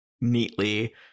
neatly